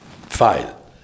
file